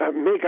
make